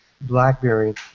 BlackBerry